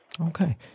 Okay